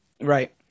Right